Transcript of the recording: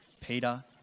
Peter